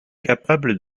capable